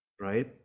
right